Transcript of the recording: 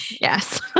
Yes